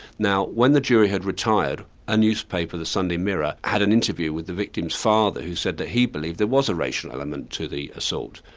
now when the jury had retired, a newspaper, the sunday mirror, had an interview with the victim's father who said that he believed there was a racial element to the assault.